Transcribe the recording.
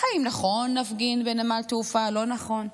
אם נכון להפגין בנמל תעופה, לא נכון,